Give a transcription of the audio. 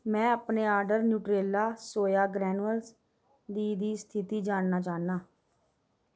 में अपने order Nutrela soya granules दी स्थिति जानना चाह्न्नां